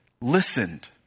listened